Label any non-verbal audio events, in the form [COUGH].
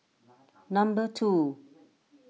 [NOISE] number two